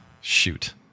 Shoot